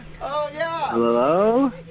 hello